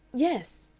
yes,